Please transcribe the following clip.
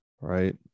right